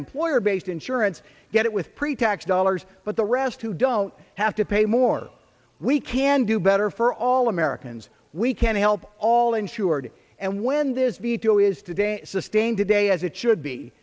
employer based insurance get it with pretax dollars but the rest who don't have to pay more we can do better for all americans we can help all insured and when this veto is today sustained today as it should be